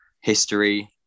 history